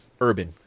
urban